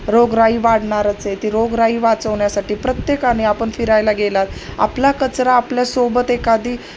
रोगराई वाढणारच आहे ती रोगराई वाचवण्या्साठी प्रत्येकाने आपण फिरायला गेलात आपला कचरा आपल्यासोबत एखादी